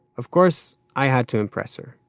of course, i had to impress her.